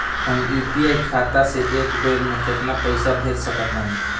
हम यू.पी.आई खाता से एक बेर म केतना पइसा भेज सकऽ तानि?